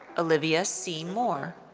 olivia c. moore.